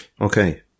Okay